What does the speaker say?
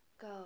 go